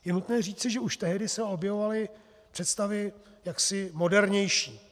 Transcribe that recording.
Je nutné říci, že už tehdy se objevovaly představy jaksi modernější.